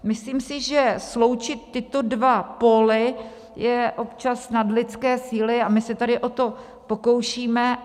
Myslím si, že sloučit tyto dva póly je občas nad lidské síly a my se tady o to pokoušíme.